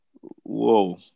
Whoa